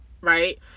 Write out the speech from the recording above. Right